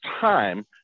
time